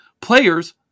players